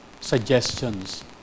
suggestions